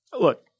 look